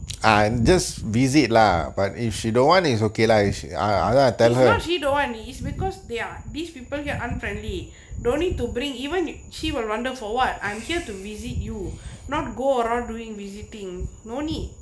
is not she don't want need is because they're these people here unfriendly don't need to bring even she will wonder for [what] I'm here to visit you not go around doing visiting no need